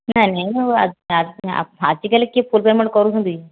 ନାଇଁ ନାଇଁ ଆଜିକାଲି କିଏ ଫୁଲ୍ ପେମେଣ୍ଟ କରୁଛନ୍ତି